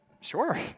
sure